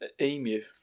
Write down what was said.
emu